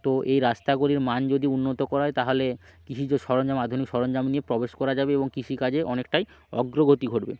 তো এই রাস্তাগুলির মান যদি উন্নত করা হয় তাহলে কৃষিজ সরঞ্জাম আধুনিক সরঞ্জাম নিয়ে প্রবেশ করা যাবে এবং কৃষিকাজে অনেকটাই অগ্রগতি ঘটবে